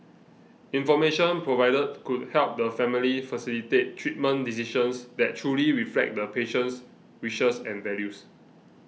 information provided could help the family facilitate treatment decisions that truly reflect the patient's wishes and values